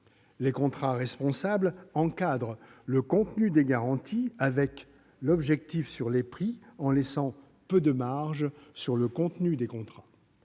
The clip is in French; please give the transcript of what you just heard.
Les contrats responsables encadrent le contenu des garanties, avec l'objectif d'agir sur les prix, en laissant peu de marges sur le contenu. La